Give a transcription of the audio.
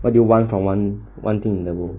what do you want from one one thing in the world